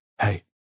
hey